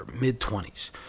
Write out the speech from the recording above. mid-20s